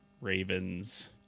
Ravens